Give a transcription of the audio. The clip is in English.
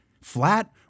flat